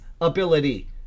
ability